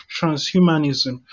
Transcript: transhumanism